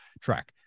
track